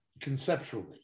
conceptually